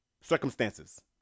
circumstances